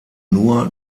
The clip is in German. nur